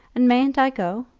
and mayn't i go?